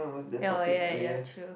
oh ya ya ya true